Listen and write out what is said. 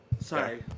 sorry